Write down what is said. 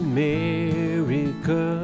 America